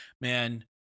man—